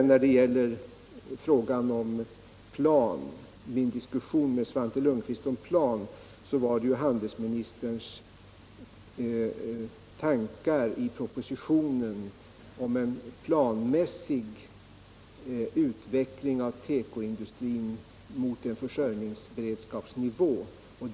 När det gäller min diskussion med Svante Lundkvist angående en plan för beklädnadsindustrin så var det handelsministerns tankar i propositionen om en planmässig utveckling av tekoindustrin i riktning mot en försörjningsberedskapsnivå som jag avsåg.